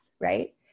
right